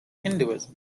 hinduism